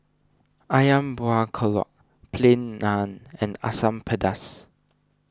Ayam Buah Keluak Plain Naan and Asam Pedas